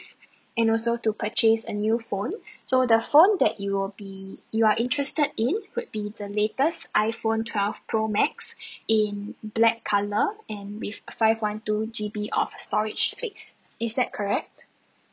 and also to purchase a new phone so the phone that you'll be you are interested in would be the latest iphone twelve pro max in black colour and with five one two G_B of storage space is that correct